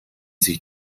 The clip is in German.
sich